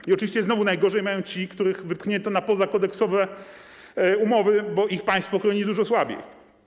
I oczywiście znowu najgorzej mają ci, których wypchnięto na pozakodeksowe umowy, bo ich państwo chroni dużo słabiej.